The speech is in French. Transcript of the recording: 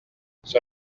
sur